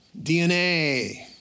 DNA